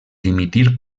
dimitir